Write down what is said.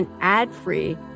ad-free